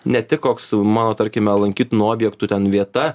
ne tik koks mano tarkime lankytinų objektų ten vieta